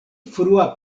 frua